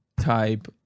type